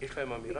זה ככה זה.